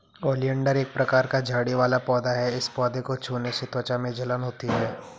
oleander एक प्रकार का झाड़ी वाला पौधा है इस पौधे को छूने से त्वचा में जलन होती है